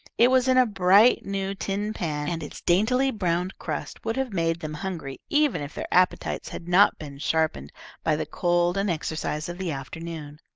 it was in a bright new tin pan, and its daintily browned crust would have made them hungry even if their appetites had not been sharpened by the cold and exercise of the afternoon.